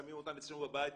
שמים אותם אצלנו בבית,